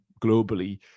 globally